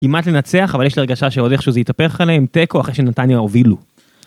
כמעט לנצח אבל יש לי הרגשה שזה עוד איכשהו זה יהתפך עליהם עם תיקו אחרי שנתניהו הובילו.